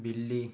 बिल्ली